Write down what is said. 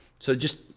so just,